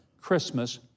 Christmas